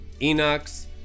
Enoch's